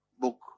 book